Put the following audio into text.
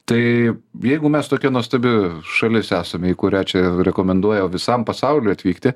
tai jeigu mes tokia nuostabi šalis esame į kurią čia rekomenduoja visam pasauliui atvykti